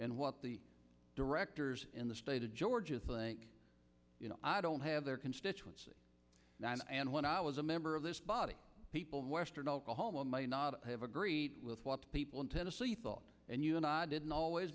and what the directors in the state of georgia think i don't have their constituency nine and when i was a member of this body people in western oklahoma may not have agreed with what the people in tennessee thought and you and i didn't always